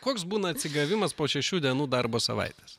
koks būna atsigavimas po šešių dienų darbo savaitės